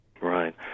Right